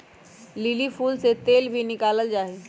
lily फूल से तेल भी निकाला जाहई